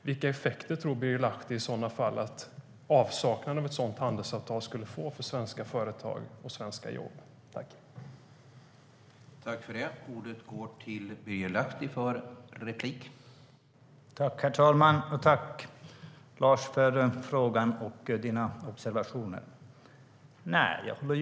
Vilka effekter tror Birger Lahti i så fall att avsaknaden av ett sådant handelsavtal skulle få för svenska företag och svenska jobb?